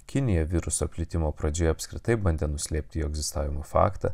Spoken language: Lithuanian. kinija viruso plitimo pradžioje apskritai bandė nuslėpti jo egzistavimo faktą